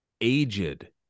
aged